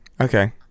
Okay